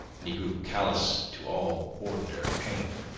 and he grew callous to all ordinary pain.